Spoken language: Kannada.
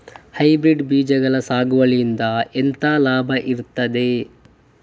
ಹೈಬ್ರಿಡ್ ಬೀಜದ ಸಾಗುವಳಿಯಿಂದ ಎಂತ ಲಾಭ ಇರ್ತದೆ?